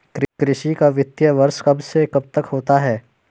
कृषि का वित्तीय वर्ष कब से कब तक होता है?